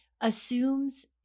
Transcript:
assumes